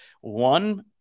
one